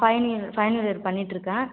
final year final year பண்ணிட்டுருக்கேன்